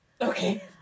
Okay